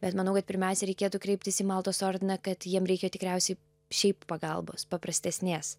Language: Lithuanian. bet manau kad pirmiausia reikėtų kreiptis į maltos ordiną kad jiem reikia tikriausiai šiaip pagalbos paprastesnės